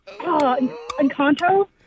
Encanto